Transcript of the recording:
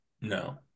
No